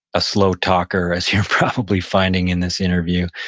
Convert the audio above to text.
a slow talker, as you're probably finding in this interview,